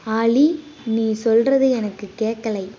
ஆலி நீ சொல்கிறது எனக்கு கேட்கலை